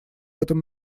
этом